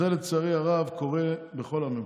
לצערי הרב, זה קורה בכל הממשלות.